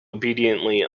obediently